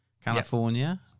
California